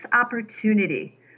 opportunity